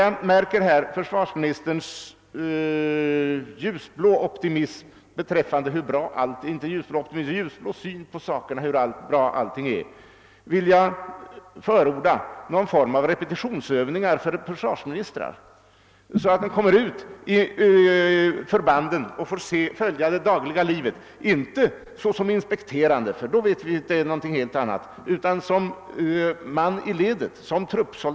jag märker försvarsministerns ljusblåa syn på saken, vill jag förorda någon form av repetitionsövningar för försvarsministrar, så att de kommer ut till förbanden och får följa det dagliga livet, inte såsom inspekterande, ty det vet vi är något helt annat, utan som man i ledet.